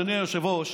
אדוני היושב-ראש,